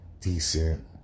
decent